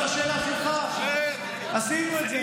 עכשיו לשאלה שלך, עשינו את זה, כן.